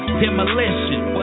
demolition